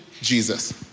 Jesus